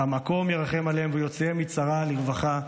המקום ירחם עליהם ויוציאם מצרה לרווחה.